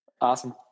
Awesome